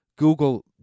Google